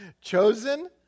chosen